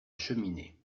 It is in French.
cheminée